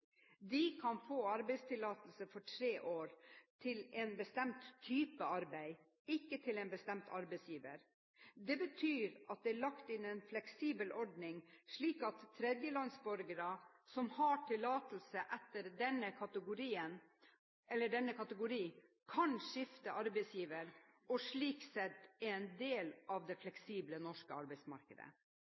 De kan få arbeidstillatelse for tre år til en bestemt type arbeid, ikke til en bestemt arbeidsgiver. Det betyr at det er lagt inn en fleksibel ordning, slik at tredjelandsborgere som har tillatelse etter denne kategori, kan skifte arbeidsgiver og slik sett er en del av det fleksible norske arbeidsmarkedet.